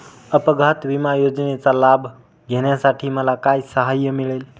अपघात विमा योजनेचा लाभ घेण्यासाठी मला काय सहाय्य मिळेल?